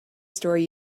story